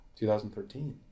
2013